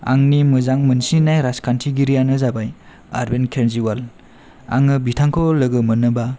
आंनि मोजां मोनसिननाय राजखान्थिदारायानो जाबाय आरबिन्द केज्रिवाल आङो बिथांखौ लोगो मोनोबा